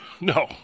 no